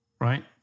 right